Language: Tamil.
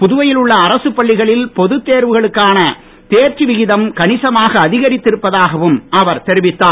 புதுவையில் உள்ள அரசுப் பள்ளிகளில் பொது தேர்வுகளுக்கான தேர்ச்சி விகிதம் கணிசமாக அதிகரித்திருப்பதாகவும் அவர் தெரிவித்தார்